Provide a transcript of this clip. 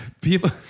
people